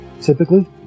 typically